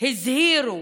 הזהירו,